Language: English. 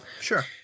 Sure